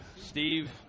Steve